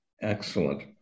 excellent